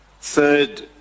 Third